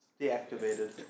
Deactivated